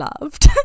loved